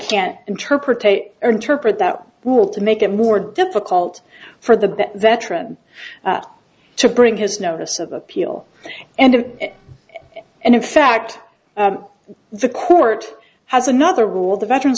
can't interpretate or interpret that rule to make it more difficult for the veteran to bring his notice of appeal and of and in fact the court has another rule the veterans